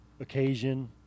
occasion